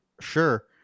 sure